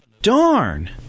Darn